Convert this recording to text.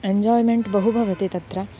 enjoyment बहु भवति तत्र